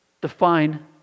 Define